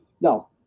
no